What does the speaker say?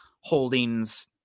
holdings